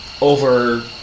over